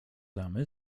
tamy